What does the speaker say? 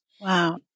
Wow